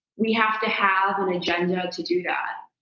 we have to have an agenda to do that.